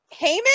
Heyman